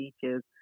teachers